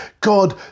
God